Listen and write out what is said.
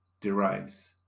derives